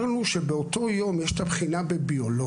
בגלל שבאותו יום יש את הבחינה בביולוגיה,